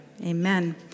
Amen